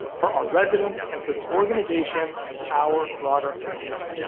for our residents, and for the organization and our broader community.